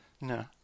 No